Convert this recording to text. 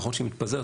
נכון שהיא מתפזרת,